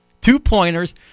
two-pointers